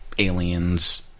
Aliens